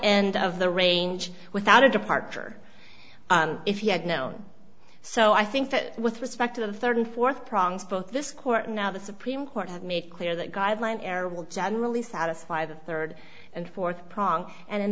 and of the range without a departure if you had known so i think that with respect to the third and fourth prongs both this court now the supreme court has made clear that guideline error will generally satisfy the third and fourth prong and in